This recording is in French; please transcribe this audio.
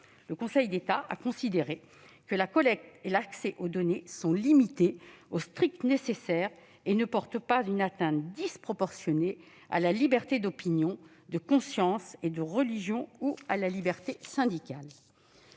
Le Conseil d'État a considéré que « la collecte et l'accès aux données sont limités au strict nécessaire, et ne portent pas une atteinte disproportionnée à la liberté d'opinion, de conscience et de religion ou à la liberté syndicale.